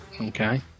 Okay